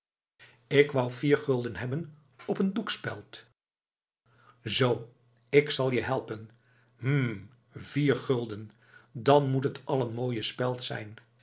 k wou vier gulden hebben op een doekspeld zoo ik zal je helpen hm vier gulden dan moet t al een mooie speld zijn